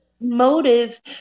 motive